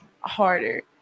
harder